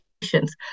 patients